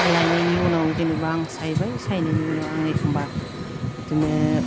लायनायनि उनाव जेन'बा आं सायबाय सायनायनि उनाव आं एखनबा बिदिनो